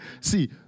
See